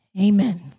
Amen